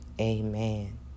amen